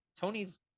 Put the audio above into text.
Tony's